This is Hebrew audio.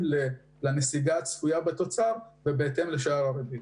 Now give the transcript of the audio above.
לנסיגה הצפויה בתוצר ובהתאם לשער הריבית.